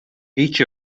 each